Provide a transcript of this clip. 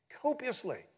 copiously